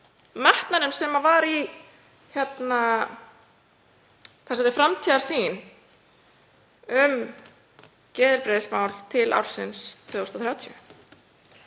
metnaðinum sem var í þessari framtíðarsýn í geðheilbrigðismálum til ársins 2030.